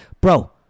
Bro